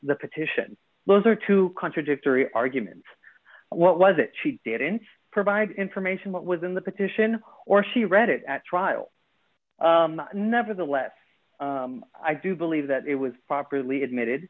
the petition those are two contradictory arguments what was it she didn't provide information what was in the petition or she read it at trial nevertheless i do believe that it was properly admitted